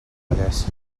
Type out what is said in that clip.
vallès